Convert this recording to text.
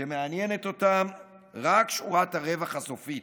שמעניינת אותם רק שורת הרווח הסופית.